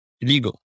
illegal